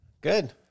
Good